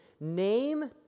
Name